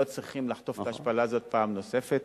לא צריכים לחטוף את ההשפלה הזאת פעם נוספת.